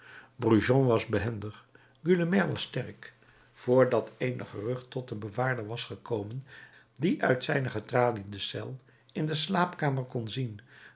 brujon was behendig gueulemer was sterk voor dat eenig gerucht tot den bewaarder was gekomen die uit zijne getraliede cel in de slaapzaal kon zien